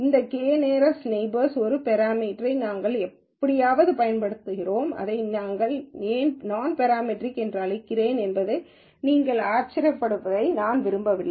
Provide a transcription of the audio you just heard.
இந்த K nearest neighbours ஒரு பெராமீட்டரை நாங்கள் எப்படியாவது பயன்படுத்துகிறோம் இதை நான் ஏன் நான் பெராமெட்ரிக் என்று அழைக்கிறேன் என நீங்கள் ஆச்சரியப்படுவதை நான் விரும்பவில்லை